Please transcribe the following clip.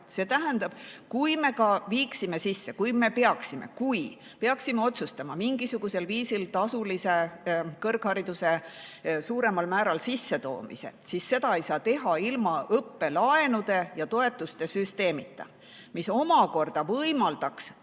See tähendab, kui me viiksime sisse, kui me peaksime otsustama mingisugusel viisil tasulise kõrghariduse suuremal määral sissetoomise, siis seda ei saa teha ilma õppelaenude ja ‑toetuste süsteemita, mis omakorda võimaldaks